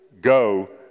Go